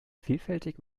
vielfältig